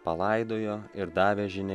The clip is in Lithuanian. palaidojo ir davė žinią